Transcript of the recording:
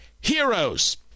heroes